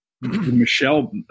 Michelle